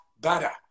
better